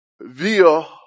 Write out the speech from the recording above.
Via